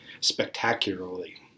spectacularly